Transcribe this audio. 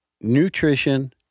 nutrition